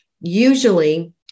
Usually